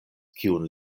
kiun